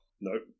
Nope